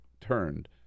turned